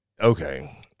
okay